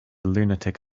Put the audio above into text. lunatic